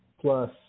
plus